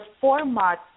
format